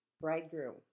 bridegroom